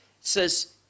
says